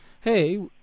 hey